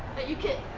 you can